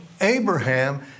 Abraham